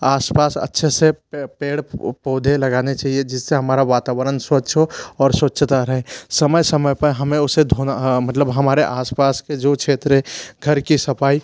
आसपास अच्छे से पेड़ पौधे लगाने चाहिए जिससे हमारा वातावरण स्वच्छ हो और स्वच्छता रहे समय समय पे हमें उसे धोना मतलब हमारे आसपास के जो क्षेत्र है घर की सफाई